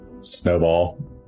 Snowball